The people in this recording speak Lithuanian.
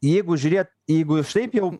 jeigu žiūrėt jeigu šiaip jau